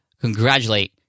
congratulate